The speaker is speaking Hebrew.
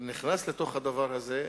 נכנס לתוך הדבר הזה,